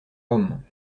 rome